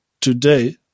today